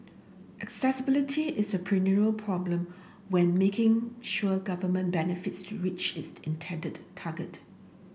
accessibility is a perennial problem when making sure government benefits to reach its intended target